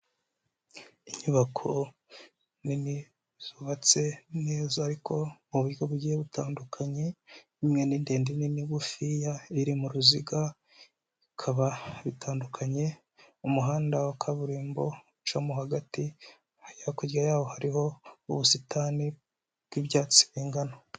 Inyubako nini zubatse neza ariko mu buryo bugiye butandukanye, imwe ni ndende indi ni ngufiya, iri mu ruziga bikaba bitandukanye umuhanda wa kaburimbo ucamo hagati, hakurya yaho hariho ubusitani bw'ibyatsi bingana.